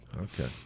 okay